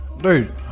Dude